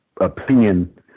opinion